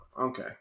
Okay